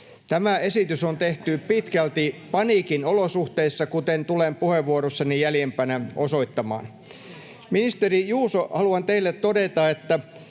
Tämä esitys on tehty pitkälti paniikin olosuhteissa, kuten tulen puheenvuorossani jäljempänä osoittamaan. [Oikealta: Ei pidä paikkaansa!] Ministeri Juuso, haluan teille todeta, että